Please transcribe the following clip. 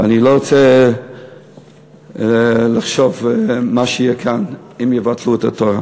ואני לא רוצה לחשוב מה יהיה כאן אם יבטלו את התורה.